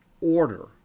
Order